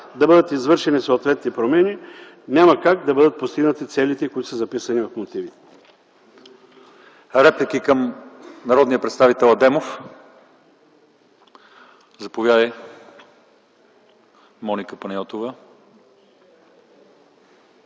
да бъдат извършени съответните промени, няма как да бъдат постигнати целите, записани в мотивите.